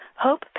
Hope